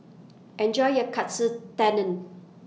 Enjoy your Katsu Tendon